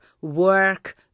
work